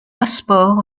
passeport